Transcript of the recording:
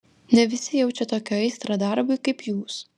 ne visi jaučia tokią aistrą darbui kaip jūs